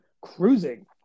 cruising